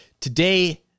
Today